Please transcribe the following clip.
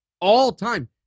All-time